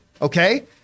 Okay